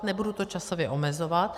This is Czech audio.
Nebudu to časově omezovat.